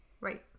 Right